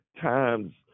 times